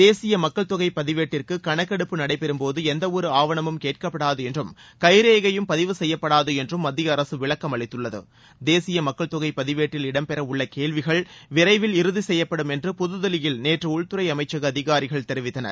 தேசிய மக்கள் தொகை பதிவேட்டிற்கு கணக்கெடுப்பு நடைபெறும்போது எந்தவொரு ஆவணமும் கேட்கப்படாது என்றும் கைரேகையும் பதிவு செய்யப்படாது என்றும் மத்திய அரசு விளக்கமளித்துள்ளது தேசிய மக்கள் தொகை பதிவேட்டில் இடம்பெற உள்ள கேள்விகள் விரைவில் இறுதி செய்யப்படும் என்று புதுதில்லியில் நேற்று உள்துறை அமைச்சக அதிகாரிகள் தெரிவித்தனர்